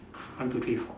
one two three four